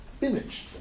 image